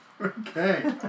Okay